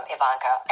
Ivanka